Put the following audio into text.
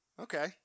Okay